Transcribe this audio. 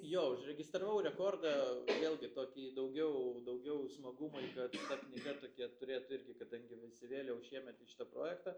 jo užregistravau rekordą vėlgi tokį daugiau daugiau smagumui kad ta knyga tokie turėtų irgi kadangi įsivėliau šiemet į šitą projektą